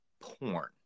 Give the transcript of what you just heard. porn